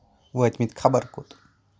وٲتۍ مٕتۍ خبر کوٚت